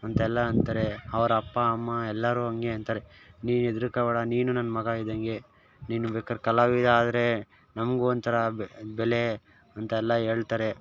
ಅಂತೆಲ್ಲ ಅಂತಾರೆ ಅವ್ರ ಅಪ್ಪ ಅಮ್ಮ ಎಲ್ಲರೂ ಹಂಗೆ ಅಂತಾರೆ ನೀನು ಹೆದ್ರಕೋಬೇಡ ನೀನು ನನ್ನ ಮಗ ಇದ್ದಂಗೆ ನೀನು ಬೇಕಾರೆ ಕಲಾವಿದ ಆದರೆ ನಮಗೂ ಒಂಥರ ಬೆಲೆ ಅಂತ ಎಲ್ಲ ಹೇಳ್ತಾರೆ